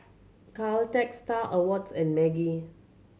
Caltex Star Awards and Maggi